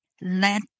let